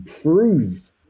prove